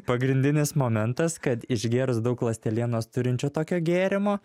pagrindinis momentas kad išgėrus daug ląstelienos turinčio tokio gėrimo